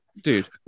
dude